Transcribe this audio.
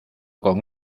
con